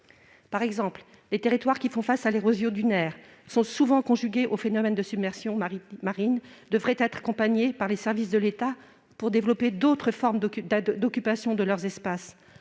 Par exemple, les territoires qui font face à l'érosion dunaire sont aussi souvent confrontés au phénomène de submersion marine. Ils devraient être accompagnés par les services de l'État pour développer d'autres formes d'occupation de leurs espaces,